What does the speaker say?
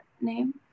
name